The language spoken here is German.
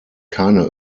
keine